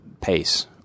pace